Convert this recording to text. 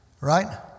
right